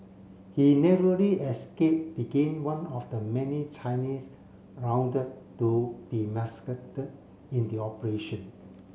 he narrowly escape begin one of the many Chinese rounded to be massacred in the operation